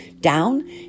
down